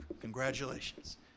Congratulations